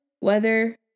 weather